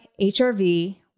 HRV